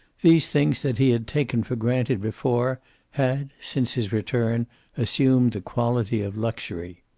these things that he had taken for granted before had since his return assumed the quality of luxury.